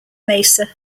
mesa